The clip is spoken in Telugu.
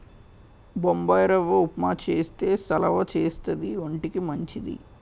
బొంబాయిరవ్వ ఉప్మా చేస్తే సలవా చేస్తది వంటికి మంచిది